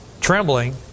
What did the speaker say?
trembling